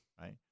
right